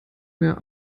mehr